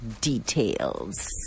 details